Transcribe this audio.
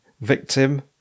victim